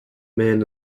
man